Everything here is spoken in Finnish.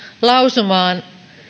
lausumaan